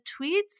tweets